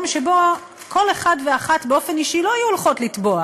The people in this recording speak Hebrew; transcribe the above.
שבו כל אחד ואחת באופן אישי לא היו הולכות לתבוע,